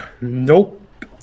Nope